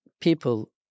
people